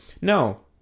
no